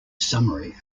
summary